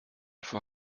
vor